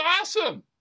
awesome